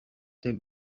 them